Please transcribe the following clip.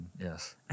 yes